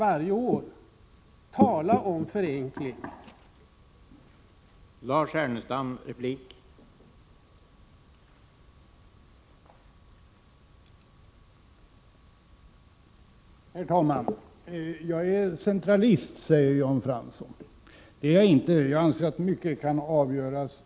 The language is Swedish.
29 april 1987